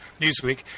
Newsweek